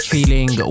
Feeling